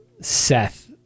Seth